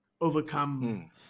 overcome